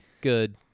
Good